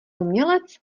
umělec